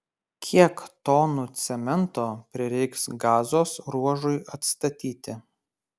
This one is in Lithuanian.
kiek tonų cemento prireiks gazos ruožui atstatyti